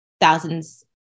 thousands